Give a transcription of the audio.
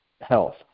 health